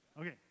Okay